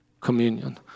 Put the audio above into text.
communion